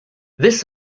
this